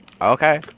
Okay